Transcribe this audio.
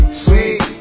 sweet